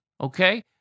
okay